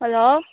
hello